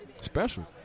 special